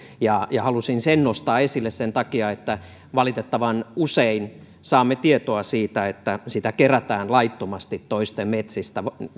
halusin sen nostaa esille sen takia että valitettavan usein saamme tietoa siitä että sitä kerätään laittomasti toisten metsistä